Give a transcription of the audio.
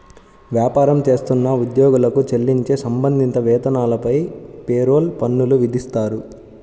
వ్యాపారం చేస్తున్న ఉద్యోగులకు చెల్లించే సంబంధిత వేతనాలపై పేరోల్ పన్నులు విధిస్తారు